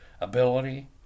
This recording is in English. ability